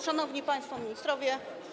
Szanowni Państwo Ministrowie!